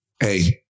Hey